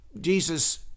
Jesus